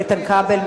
איתן כבל,